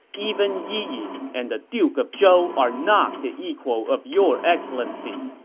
even yi yin and the duke of zhou are not the equal of your excellency!